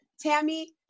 Tammy